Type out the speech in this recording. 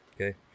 Okay